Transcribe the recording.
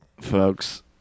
Folks